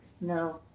No